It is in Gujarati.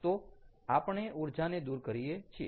તો આપણે ઊર્જાને દૂર કરીએ છીએ